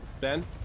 Ben